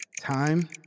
Time